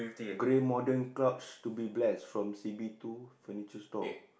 grey modern couch to be blessed from C_B-two furniture store